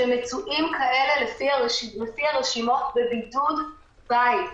שמצויים לפי הרשימות בבידוד בית.